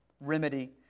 remedy